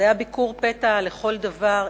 זה היה ביקור פתע לכל דבר,